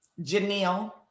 Janelle